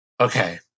okay